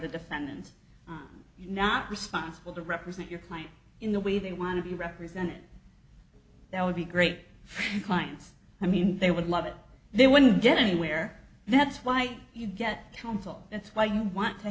the defendants not responsible to represent your client in the way they want to be represented that would be great for the clients i mean they would love it they wouldn't get anywhere that's why you get counsel that's why you want to